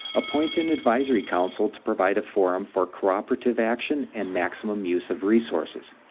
appoint an advisory council to provide a forum for cooperative action and maximum use of resources.